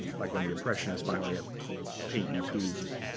like when the impressionists finally have paint in tubes,